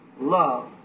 love